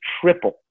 triple